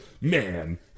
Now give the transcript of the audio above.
man